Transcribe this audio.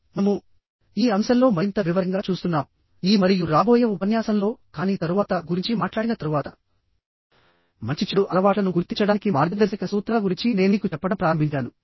మనము ఈ అంశంలో మరింత వివరంగా చూస్తున్నాంఈ మరియు రాబోయే ఉపన్యాసంలోకానీ తరువాత గురించి మాట్లాడిన తరువాత మంచి చెడు అలవాట్లను గుర్తించడానికి మార్గదర్శక సూత్రాల గురించి నేను మీకు చెప్పడం ప్రారంభించాను